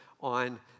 on